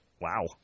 wow